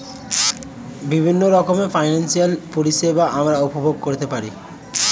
বিভিন্ন রকমের ফিনান্সিয়াল পরিষেবা আমরা উপভোগ করতে পারি